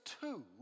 two